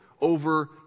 over